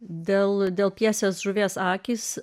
dėl dėl pjesės žuvies akys